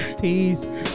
Peace